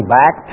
back